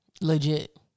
Legit